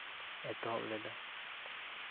ᱥᱮᱨᱮᱧ ᱤᱧ ᱮᱛᱚᱦᱚᱵ ᱞᱮᱫᱟ